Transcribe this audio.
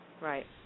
Right